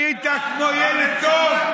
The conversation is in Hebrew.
היית כמו ילד טוב.